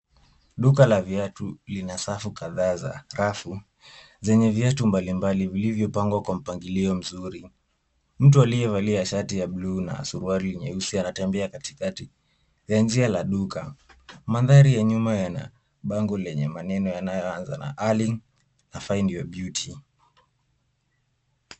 Duka la viatu lina safu kadhaa za rafu zenye viatu mbalimbali vilivyopangwa kwa mpangilio mzuri. Mtu aliyevalia shati ya bluu na suruali nyeusi anatembea katikati ya njia la duka. Mandhari ya nyuma yana bango lenye maneno yanayoanza na Darling na Find Your Beauty .